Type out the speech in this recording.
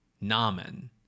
Namen